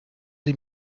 sie